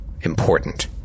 important